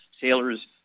Sailors